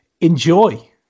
enjoy